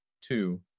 Two